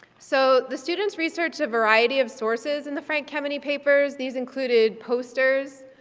so the students researched a variety of sources in the frank kameny papers, these included posters,